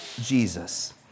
Jesus